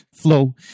flow